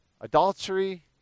adultery